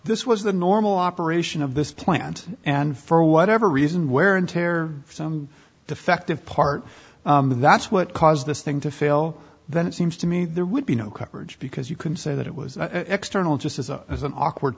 this was the normal operation of this plant and for whatever reason wear and tear some defective part that's what caused this thing to fail then it seems to me there would be no coverage because you can say that it was external just as a as an awkward